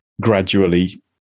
gradually